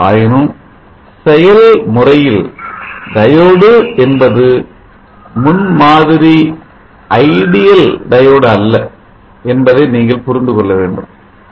ஆயினும் செயல்முறையில் டையோடு என்பது முன்மாதிரி ideal டையோடுஅல்ல என்பதை நீங்கள் புரிந்து கொள்ள முடியும்